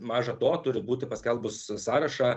maža to turi būti paskelbus sąrašą